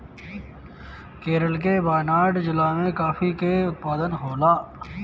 केरल के वायनाड जिला में काफी के उत्पादन होला